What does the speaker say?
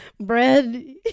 bread